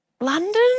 London